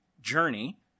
journey